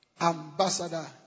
ambassador